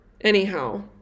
anyhow